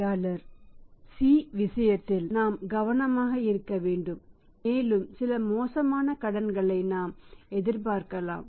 C விஷயத்தில் நாம் கவனமாக இருக்க வேண்டும் மேலும் சில மோசமான கடன்களை நாம் எதிர்பார்க்கலாம்